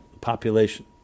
population